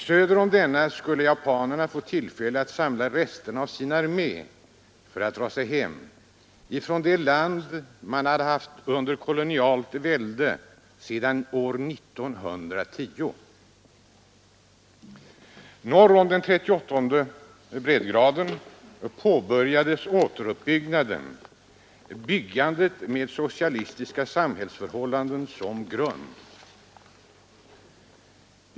Söder om denna skulle japanerna få tillfälle att samla resterna av sin armé för att dra sig hem — från det land som man haft under kolonialt välde sedan 1910. Norr om den 38:e breddgraden påbörjades återuppbyggnaden, byggandet av ett samhälle på socialistisk grund.